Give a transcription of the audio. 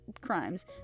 crimes